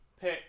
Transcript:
Pick